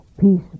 peace